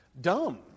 dumb